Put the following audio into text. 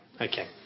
Okay